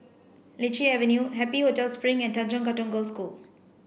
Lichi Avenue Happy Hotel Spring and Tanjong Katong Girls' School